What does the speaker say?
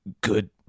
good